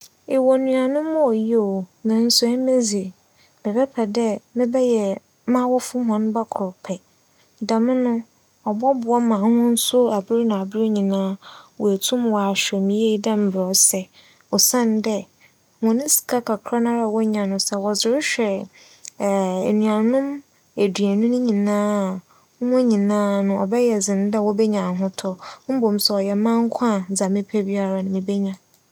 Ewͻ nuanom a oye o, naaso emi dze mebɛpɛ dɛ mebɛyɛ m'awofo hͻn ba kor pɛ. Dɛm no, ͻbͻboa ma hͻn so aber na aber nyinaa woetum wͻahwɛ me yie dɛ mbrɛ ͻsɛ osiandɛ hͻn sika kakra na wonya no sɛ wͻdze rohwɛ enuanom eduonu no nyinara a, ͻbɛyɛ dzen dɛ wobenya ahotͻ mbom sɛ ͻyɛ manko a, dza mepɛ biara mebenya.